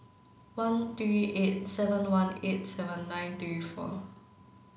one three eight seven one eight seven nine three four